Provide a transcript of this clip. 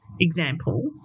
example